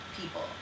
people